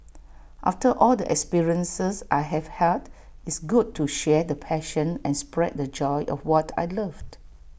after all the experiences I have had it's good to share the passion and spread the joy of what I love